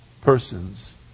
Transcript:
persons